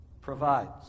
provides